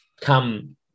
come